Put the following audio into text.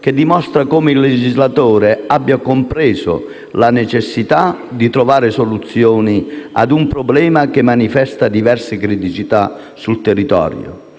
che dimostra come il legislatore abbia compreso la necessità di trovare soluzioni a un problema che manifesta diverse criticità sul territorio.